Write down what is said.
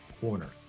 corner